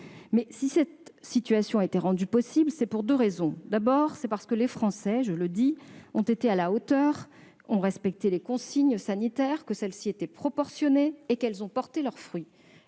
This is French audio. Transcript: Si cette situation a été rendue possible, c'est pour deux raisons. D'une part, les Français ont été à la hauteur, ont respecté les consignes sanitaires, car celles-ci étaient proportionnées et ont porté leurs fruits.